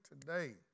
today